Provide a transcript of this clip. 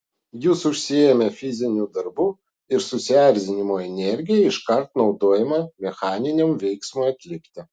jūs užsiėmę fiziniu darbu ir susierzinimo energija iškart naudojama mechaniniam veiksmui atlikti